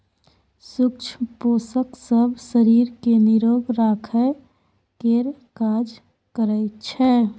सुक्ष्म पोषक सब शरीर केँ निरोग राखय केर काज करइ छै